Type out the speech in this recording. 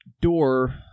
door